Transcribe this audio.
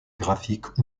graphique